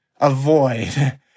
avoid